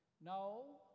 No